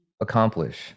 accomplish